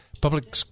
public